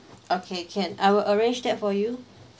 okay can I will arrange that for you